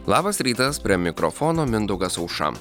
labas rytas prie mikrofono mindaugas aušra